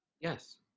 Yes